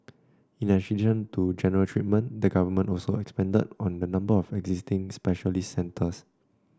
in addition to general treatment the government also expanded on the number of existing specialist centres